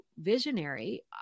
visionary